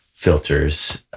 Filters